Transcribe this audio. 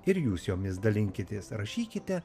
ir jūs jomis dalinkitės rašykite